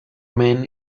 men